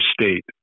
state